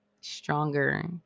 stronger